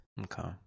Okay